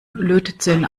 lötzinn